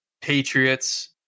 Patriots